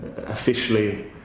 officially